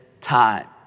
time